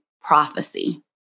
prophecy